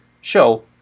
show